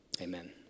amen